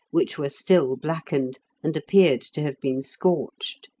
which were still blackened, and appeared to have been scorched.